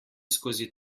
skozi